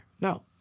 No